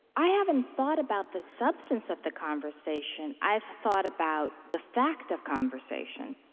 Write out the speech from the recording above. i haven't thought about the substance of the conversation i've thought about the fact of conversation,